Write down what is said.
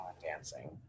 dancing